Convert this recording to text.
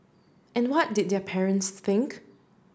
and what did their parents think